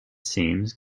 seems